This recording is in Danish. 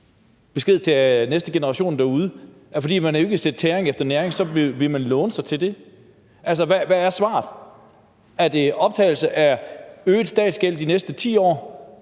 besked til næste generation derude, at fordi man ikke vil sætte tæring efter næring, vil man låne sig til det? Altså, hvad er svaret? Er det optagelse af øget statsgæld de næste 10 år?